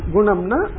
Gunamna